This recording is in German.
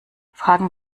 fragen